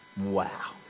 Wow